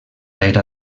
era